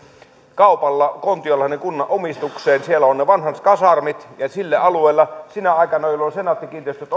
kaupalla kontiolahden kunnan omistukseen siellä on ne vanhat kasarmit ja sillä alueella sinä aikana jolloin senaatti kiinteistöt